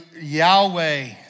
Yahweh